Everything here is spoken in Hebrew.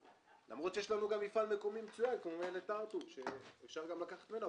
למרות שיש לנו גם מפעל מקומי מצוין כמו מלט הר-טוב שאפשר גם לקחת ממנו,